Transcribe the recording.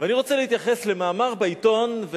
ואני רוצה להתייחס למאמר בעיתון,